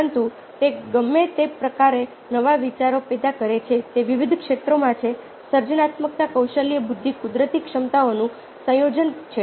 પરંતુ તે ગમે તે પ્રકારે નવા વિચારો પેદા કરે છે તે વિવિધ ક્ષેત્રોમાં છે સર્જનાત્મકતા કૌશલ્ય બુદ્ધિ કુદરતી ક્ષમતાઓનું સંયોજન છે